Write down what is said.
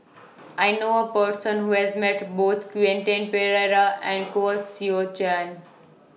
I know A Person Who has Met Both Quentin Pereira and Koh Seow Chan